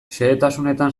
xehetasunetan